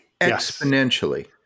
Exponentially